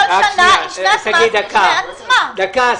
שנת מס --- שלמה,